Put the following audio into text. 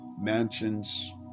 mansions